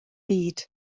byd